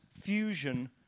fusion